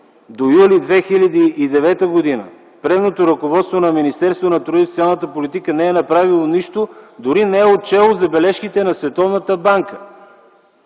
м. юли 2009 г. предното ръководство на Министерството на труда и социалната политика не е направило нищо, дори не е отчело забележките на